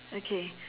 okay